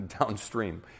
downstream